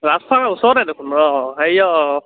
ৰাজখোৱা গাঁও ওচৰতে দেখোন অঁ হেৰি অঁ